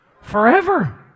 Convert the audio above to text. forever